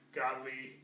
godly